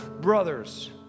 brothers